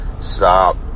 stop